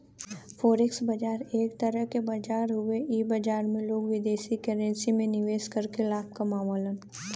forex बाजार एक तरह क बाजार हउवे इ बाजार में लोग विदेशी करेंसी में निवेश करके लाभ कमावलन